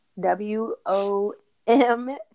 W-O-M